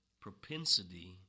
propensity